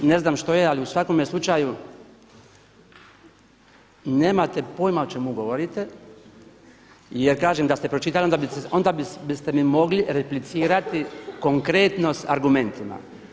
Ne znam što je, ali u svakome slučaju nemate pojma o čemu govorite, jer kažem da ste pročitali onda biste mi mogli replicirati konkretno sa argumentima.